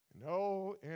No